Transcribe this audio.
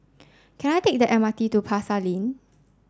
can I take the M R T to Pasar Lane